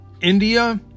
India